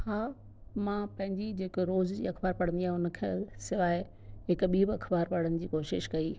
हा मां पंहिंजी जेको रोज़ जी अखबार पढ़ंदी आहियां हुन खे सिवाए हिकु ॿी बि अखबार पढ़ण बि कोशिश कई